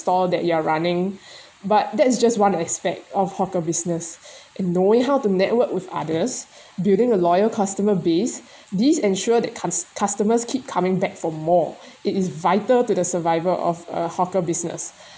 store that you are running but that's just one aspect of hawker business and knowing how to network with others building a loyal customer base these ensure that cus~ customers keep coming back for more it is vital to the survival of a hawker business